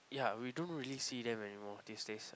ya we don't really see them anymore these days